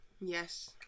yes